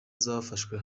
zafashwe